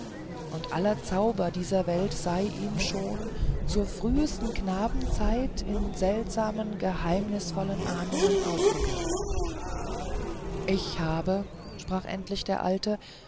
und aller zauber dieser welt sei ihm schon zur frühsten knabenzeit in seltsamen geheimnisvollen ahnungen aufgegangen ich habe sprach endlich der alte